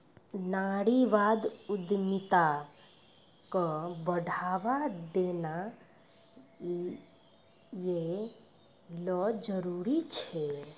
नारीवादी उद्यमिता क बढ़ावा देना यै ल जरूरी छै